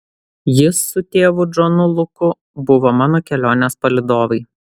jis su tėvu džonu luku buvo mano kelionės palydovai